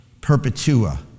Perpetua